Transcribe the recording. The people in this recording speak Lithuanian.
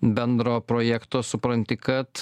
bendro projekto supranti kad